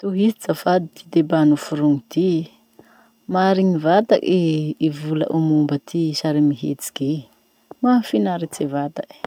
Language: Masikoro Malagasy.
Tohizo zafady ty debat noforogny ty: marigny vatae i volao momba sarimihetsiky e, mahafinaritse vatae.